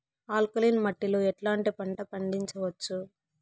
Alkaline మట్టి లో ఎట్లాంటి పంట పండించవచ్చు,?